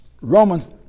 Romans